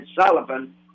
Sullivan